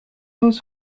was